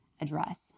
address